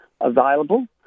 available